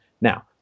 Now